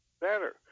better